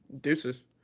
Deuces